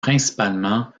principalement